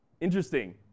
Interesting